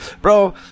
bro